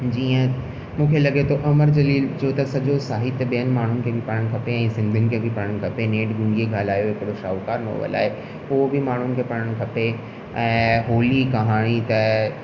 जीअं मूंखे लॻे थो अमर जलील जो त सॼो साहित्य ॿियनि माण्हुनि खे बि पढ़णु खपे ऐं सिंधियुनि खे बि पढ़णु खपे नेठ गूंगे ॻाल्हायो हिकिड़ो साहुकार नॉवेल आहे उहो बि माण्हुनि खे बि पढ़णु खपे ऐं होली कहाणी त